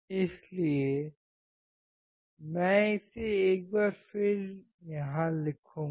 इसलिए मैं इसे एक बार फिर यहाँ लिखूंगा